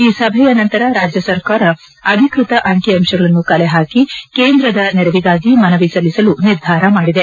ಈ ಸಭೆಯ ನಂತರ ರಾಜ್ಯ ಸರ್ಕಾರ ಅಧಿಕೃತ ಅಂಕಿ ಅಂಶಗಳನ್ನು ಕಲೆ ಹಾಕಿ ಕೇಂದ್ರದ ನೆರವಿಗಾಗಿ ಮನವಿ ಸಲ್ಲಿಸಲು ನಿರ್ಧಾರ ಮಾಡಿದೆ